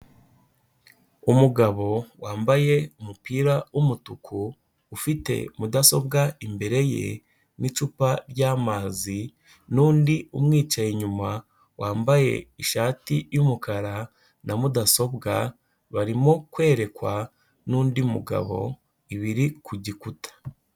Umugabo wambaye umupira w'umutuku, ufite mudasobwa imbere ye n'icupa ry'amazi n'undi umwicaye inyuma wambaye ishati y'umukara na mudasobwa, barimo kwerekwa n'undi mugabo ibiri ku gikuta.